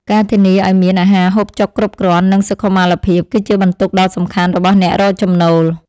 ការធានាឱ្យមានអាហារហូបចុកគ្រប់គ្រាន់ និងសុខុមាលភាព គឺជាបន្ទុកដ៏សំខាន់របស់អ្នករកចំណូល។